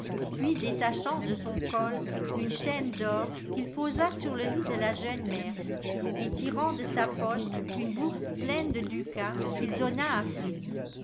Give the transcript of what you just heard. puis détachant de son col une chaîne dor qu'il posa sur le lit de la jeune mère ettirant de sa poche une boursepleine de ducats qu'il donna à fritz